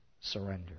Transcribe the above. Surrender